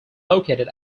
located